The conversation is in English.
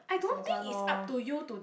one lor